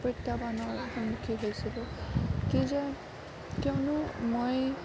প্ৰত্যাহ্বানৰ সন্মুখীন হৈছিলোঁ কিযে কিয়নো মই